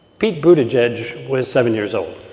pete buttigieg was seven years old